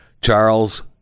Charles